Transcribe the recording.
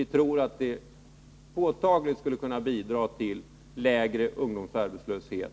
Vi tror att det påtagligt skulle kunna bidra till lägre ungdomsarbetslöshet.